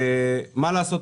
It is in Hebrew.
מה לעשות,